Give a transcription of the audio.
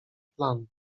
plan